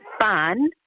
fun